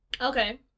okay